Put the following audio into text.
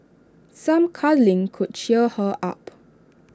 some cuddling could cheer her up